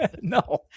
No